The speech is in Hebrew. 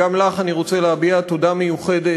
גם לך אני רוצה להביע תודה מיוחדת,